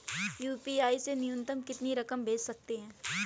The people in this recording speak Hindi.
यू.पी.आई से न्यूनतम कितनी रकम भेज सकते हैं?